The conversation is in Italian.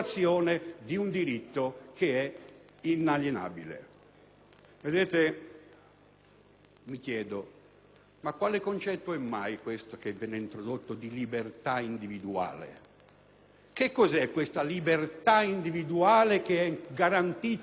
Mi chiedo poi quale concetto è mai quello che viene introdotto di libertà individuale. Cos'è questa libertà individuale che è garantita entro certi limiti dall'articolo 32? La libertà individuale vuol dire forse discrezionalità assoluta?